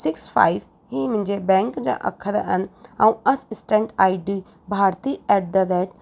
six five ही मुंहिंजे bank जा अखर आहिनि ऐं assistant ID Bharti at the rate